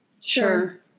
Sure